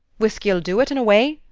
whiskey ull do it, in a way.